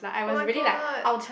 [oh]-my-god